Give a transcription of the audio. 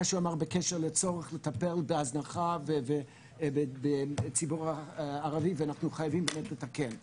שהוא אמר בקשר לצורך לטפל בהזנחה ובציבור הערבי ואנחנו חייבים לתקן.